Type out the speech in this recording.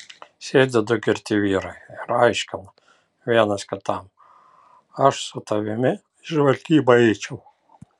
sėdi du girti vyrai ir aiškina vienas kitam aš su tavimi į žvalgybą eičiau